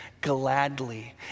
gladly